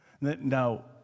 Now